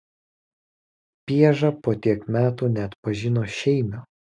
pieža po tiek metų neatpažino šeimio